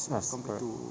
us correct